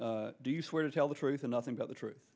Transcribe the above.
a do you swear to tell the truth and nothing but the truth